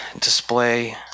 display